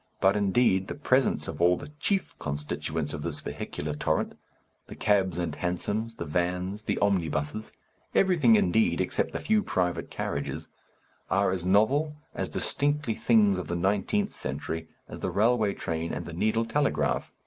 but indeed the presence of all the chief constituents of this vehicular torrent the cabs and hansoms, the vans, the omnibuses everything, indeed, except the few private carriages are as novel, as distinctively things of the nineteenth century, as the railway train and the needle telegraph.